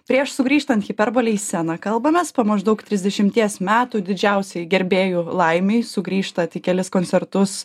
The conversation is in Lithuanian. prieš sugrįžtant hiperbolei į sceną kalbamės po maždaug trisdešimties metų didžiausiai gerbėjų laimei sugrįžta tik kelis koncertus